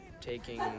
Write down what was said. taking